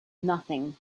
nothing